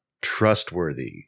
trustworthy